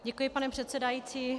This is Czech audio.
Děkuji, pane předsedající.